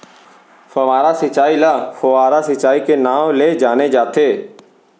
फव्हारा सिंचई ल फोहारा सिंचई के नाँव ले जाने जाथे